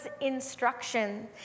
instruction